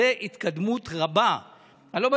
מה שאמר חבר הכנסת אחמד טיבי עכשיו,